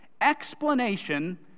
explanation